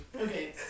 Okay